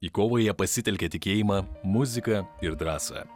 į kovą jie pasitelkė tikėjimą muzika ir drąsą